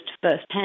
firsthand